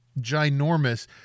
ginormous